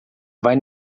vai